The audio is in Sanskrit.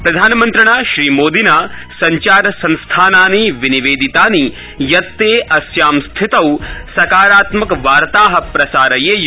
प्रधानमन्त्रिणा श्रीमोदिना सञचर संस्थानानि विनिवेदितानि यत् ते अस्यां स्थितौ सकारात्मकं वार्ता प्रसारयेष्